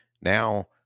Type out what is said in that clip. Now